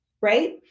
right